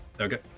Okay